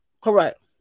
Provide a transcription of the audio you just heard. Correct